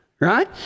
Right